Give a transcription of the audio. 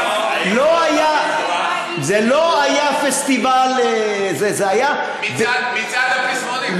היה פסטיבל זה, זה היה, מצעד הפזמונים.